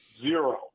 zero